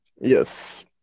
Yes